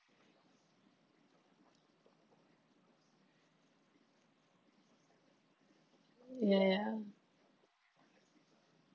ya ya